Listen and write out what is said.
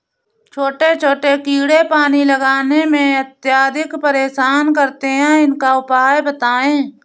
छोटे छोटे कीड़े पानी लगाने में अत्याधिक परेशान करते हैं इनका उपाय बताएं?